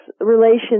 relations